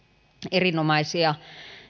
erinomaisia